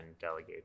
delegate